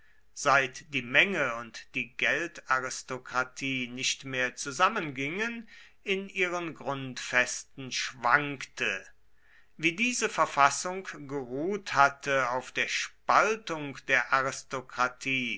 seit die menge und die geldaristokratie nicht mehr zusammengingen in ihren grundfesten schwankte wie diese verfassung geruht hatte auf der spaltung der